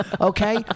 Okay